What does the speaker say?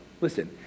Listen